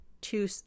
two